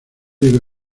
digo